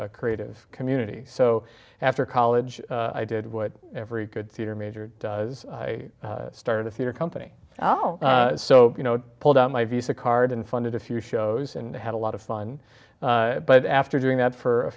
a creative community so after college i did what every good theater major does i started a theater company oh so you know pulled out my visa card and funded a few shows and had a lot of fun but after doing that for a